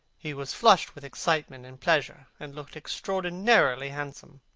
he was flushed with excitement and pleasure, and looked extraordinarily handsome.